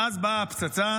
ואז באה הפצצה,